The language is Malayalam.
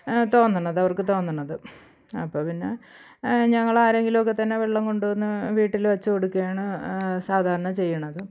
തോന്നുന്നത് അവര്ക്ക് തോന്നുന്നത് അപ്പം പിന്നെ ഞങ്ങൾ ആരെങ്കിലും ഒക്കെ തന്നെ വെള്ളം കൊണ്ടുവന്ന് വീട്ടിൽ വെച്ച് കൊടുക്കുകയാണ് സാധാരണ ചെയ്യുന്നത്